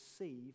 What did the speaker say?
receive